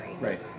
Right